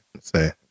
Say